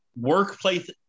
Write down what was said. workplace